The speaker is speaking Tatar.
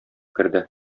керде